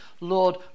Lord